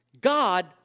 God